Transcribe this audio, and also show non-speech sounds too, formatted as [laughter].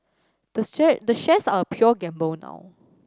the [unintelligible] the shares are a pure gamble now